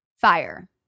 fire